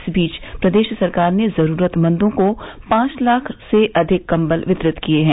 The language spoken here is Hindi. इस बीच प्रदेष सरकार ने जरूरतमंदों को पांच लाख से अधिक कंबल वितरित किये हैं